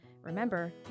Remember